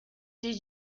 did